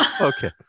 Okay